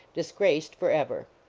disgraced for ever.